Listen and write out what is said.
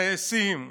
טייסים,